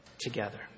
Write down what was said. together